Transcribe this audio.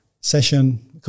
session